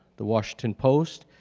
the washington post,